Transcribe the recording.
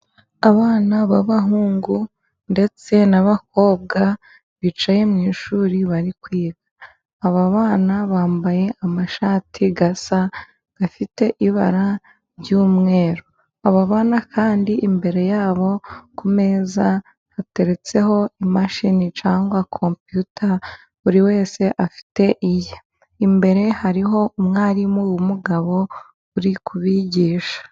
Abana b'abahungu ndetse n'abakobwa bicaye mu ishuri bari kwiga, aba bana bambaye amashati asa, afite ibara ry'umweru, Aba bana kandi imbere yabo ku meza hateretseho imashini cyangwa compiyuta buri wese afite iye, imbere hariho umwarimu w'umugabo uri kubigisha.